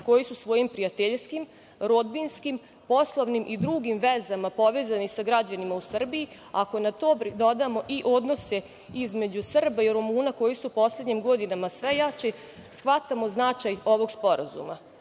koji su svojim prijateljskim, rodbinskim, poslovnim i drugim vezama povezani sa građanima u Srbiji. Ako na to dodamo i odnose između Srba i Rumuna koji su poslednjih godina sve jači, shvatamo značaj ovog sporazuma. Sporazum